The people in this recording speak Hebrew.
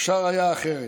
אפשר היה אחרת.